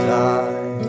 die